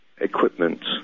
equipment